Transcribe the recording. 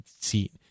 seat